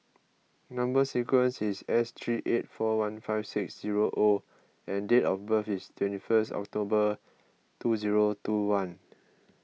Number Sequence is S three eight four one five six zero O and date of birth is twenty first October two zero two one